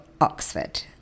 Oxford